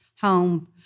home